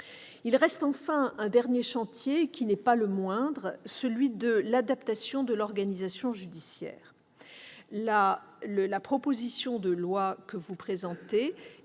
il reste un dernier chantier, qui n'est pas le moindre, celui de l'adaptation de l'organisation judiciaire. La proposition de loi en discussion